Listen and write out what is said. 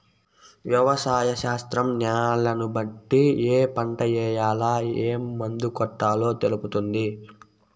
వ్యవసాయ శాస్త్రం న్యాలను బట్టి ఏ పంట ఏయాల, ఏం మందు కొట్టాలో తెలుపుతుంది